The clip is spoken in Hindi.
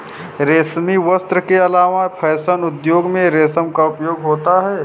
रेशमी वस्त्र के अलावा फैशन उद्योग में रेशम का उपयोग होता है